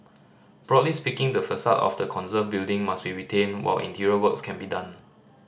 broadly speaking the facade of the conserved building must be retained while interior works can be done